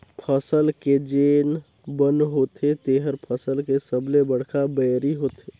फसल के जेन बन होथे तेहर फसल के सबले बड़खा बैरी होथे